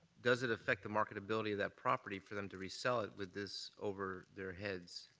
does it affect the marketability of that property for them to resell it with this over their heads,